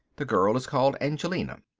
the girl is called angelina.